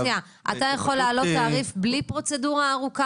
אתה יכול להעלות תעריף בלי פרוצדורה ארוכה